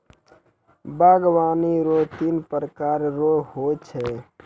बागवानी रो तीन प्रकार रो हो छै